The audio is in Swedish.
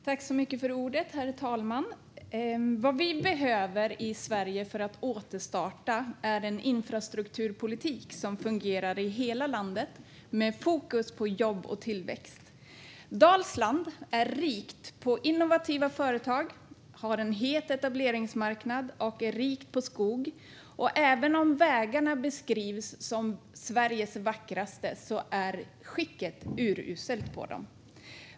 Herr talman! Vad vi behöver för att återstarta Sverige är en infrastrukturpolitik som fungerar i hela landet med fokus på jobb och tillväxt. Dalsland är rikt på innovativa företag, har en het etableringsmarknad och är rikt på skog. Och även om vägarna beskrivs som Sveriges vackraste är skicket på dem uruselt.